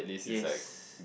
yes